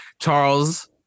Charles